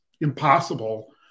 impossible